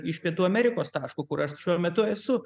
iš pietų amerikos taško kur aš šiuo metu esu